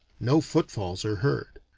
no footfalls are heard.